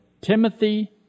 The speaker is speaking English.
Timothy